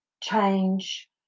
change